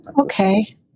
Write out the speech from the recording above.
Okay